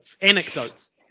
Anecdotes